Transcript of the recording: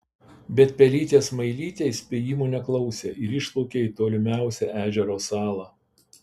bet pelytė smailytė įspėjimų neklausė ir išplaukė į tolimiausią ežero salą